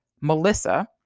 Melissa